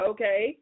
Okay